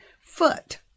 foot